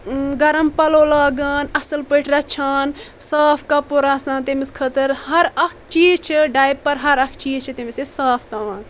گرم پلو لاگان اصل پٲٹھۍ رچھان صاف کپُر آسان تٔمِس خٲطرٕ ہر اکھ چیٖز چھ ڈایپر ہر اکھ چیٖز چھ تٔمِس أسۍ صاف تھاوان